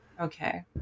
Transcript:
okay